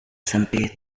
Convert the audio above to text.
sempit